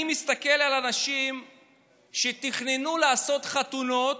אני מסתכל על אנשים שתכננו לעשות חתונות,